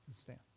stand